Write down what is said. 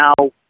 now